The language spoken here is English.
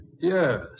Yes